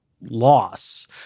loss